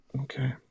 Okay